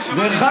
אני שמעתי הפוך.